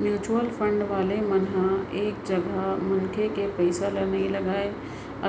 mutual fund वाले मन ह एक जगा मनसे के पइसा ल नइ लगाय